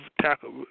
tackle